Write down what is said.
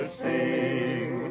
sing